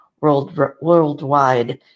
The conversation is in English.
worldwide